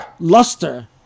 Luster